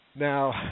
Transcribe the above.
Now